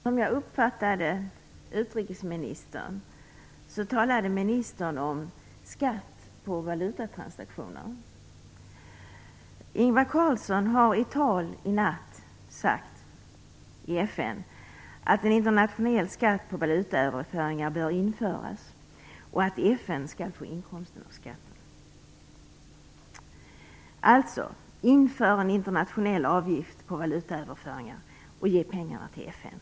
Fru talman! Som jag uppfattade utrikesministern, talade hon om skatt på valutatransaktioner. Ingvar Carlsson har i ett tal i FN i natt sagt att en internationell skatt på valutaöverföringar bör införas och att FN skall få inkomsterna av skatten. Det handlar alltså om att införa en internationell avgift på valutaöverföringar och ge pengarna till FN.